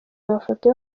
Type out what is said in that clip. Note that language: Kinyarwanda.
amafoto